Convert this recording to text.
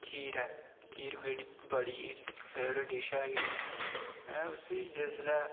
खीर ऐ खीर मेरी बड़ी फेवरेट डिश ऐ की में उसी जिसलै